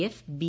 F B